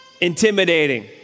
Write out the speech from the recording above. intimidating